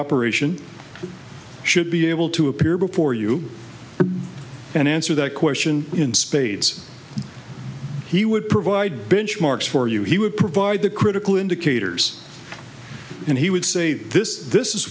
operation should be able to appear before you and answer that question in spades he would provide benchmarks for you he would provide the critical indicators and he would say this this is